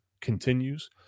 continues